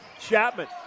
Chapman